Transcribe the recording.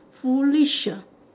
foolish ah